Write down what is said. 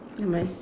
nevermind